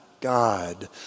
God